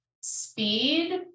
speed